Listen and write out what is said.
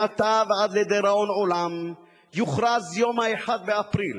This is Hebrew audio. מעתה ועד לדיראון עולם יוכרז יום 1 באפריל